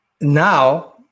now